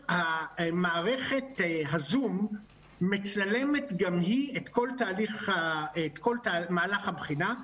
מערכת הזום מצלמת גם היא את כל מהלך הבחינה,